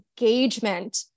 engagement